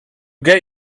get